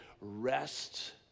rest